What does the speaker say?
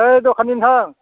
ओइ दखानि नोंथां